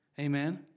Amen